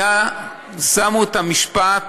שמו את המשפט